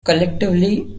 collectively